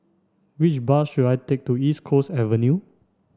which bus should I take to East Coast Avenue